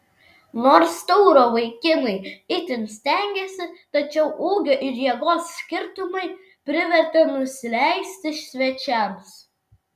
nors tauro vaikinai itin stengėsi tačiau ūgio ir jėgos skirtumai privertė nusileisti svečiams